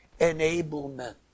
enablement